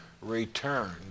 returned